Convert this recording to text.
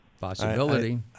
Possibility